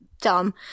dumb